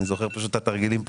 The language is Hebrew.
אני זוכר פשוט את התרגילים פה.